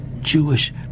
Jewish